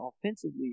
offensively